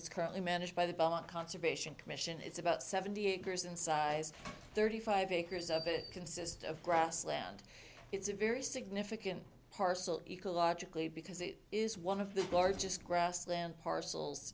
that's currently managed by the violent conservation commission it's about seventy acres in size thirty five dollars acres of it consists of grassland it's a very significant parcel ecologically because it is one of the largest grassland parcels